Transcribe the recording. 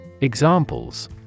Examples